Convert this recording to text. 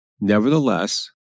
Nevertheless